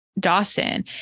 Dawson